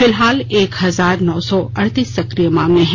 फिलहाल एक हजार नौ सौ अड़तीस सक्रिय मामले हैं